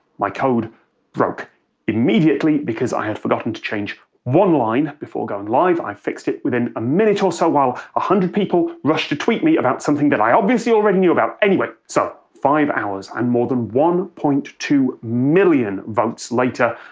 my code broke immediately because i'd forgotten to change one line before going live, i fixed it within a minute or so while a hundred people rushed to tweet me about something i obviously already knew about. anyway. so. five hours and more than one point two million votes later,